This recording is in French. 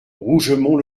rougemont